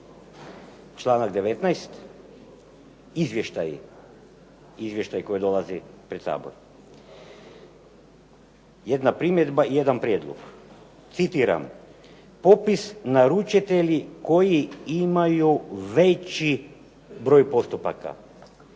izvještaji, izvještaji koji dolaze pred Sabor. Jedna primjedba i jedan prijedlog. Citiram: "Popis naručitelji koji imaju veći broj postupaka"